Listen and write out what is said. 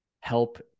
help